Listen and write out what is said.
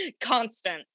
constant